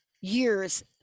years